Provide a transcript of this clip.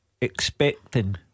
expecting